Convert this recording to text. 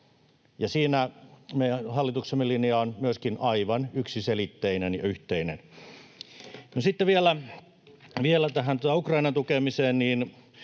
siinä meidän hallituksemme linja on myöskin aivan yksiselitteinen ja yhteinen. Sitten vielä tähän Ukrainan tukemiseen.